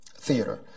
theater